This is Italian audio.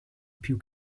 più